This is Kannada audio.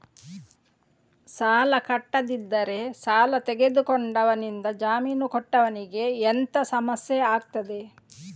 ಸಾಲ ಕಟ್ಟಿಲ್ಲದಿದ್ದರೆ ಸಾಲ ತೆಗೆದುಕೊಂಡವನಿಂದ ಜಾಮೀನು ಕೊಟ್ಟವನಿಗೆ ಎಂತ ಸಮಸ್ಯೆ ಆಗ್ತದೆ?